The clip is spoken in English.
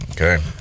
Okay